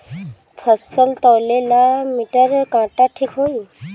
फसल तौले ला मिटर काटा ठिक होही?